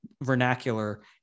vernacular